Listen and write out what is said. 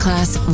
Class